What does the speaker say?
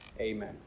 Amen